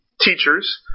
teachers